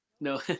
No